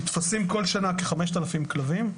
נתפסים בכל שנה כ-5,000 כלבים,